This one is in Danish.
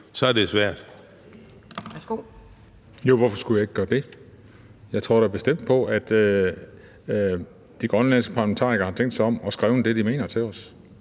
Så er det hr.